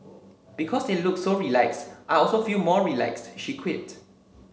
because they look so relaxed I also feel more relaxed she quipped